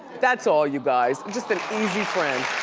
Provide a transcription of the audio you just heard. that's all, you guys. just an easy friend.